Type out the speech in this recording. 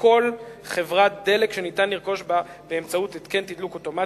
בכל חברת דלק שניתן לרכוש בה באמצעות התקן תדלוק אוטומטי,